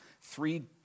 three